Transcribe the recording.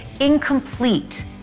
incomplete